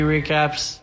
Recaps